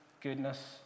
goodness